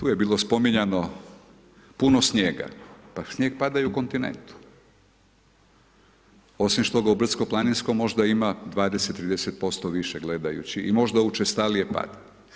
U je bilo spominjano puno snijega, pa snijeg pada i u kontinentu, osim što ga u brdsko planinskom možda ima 20, 30% više gledajući i možda učestalije pada.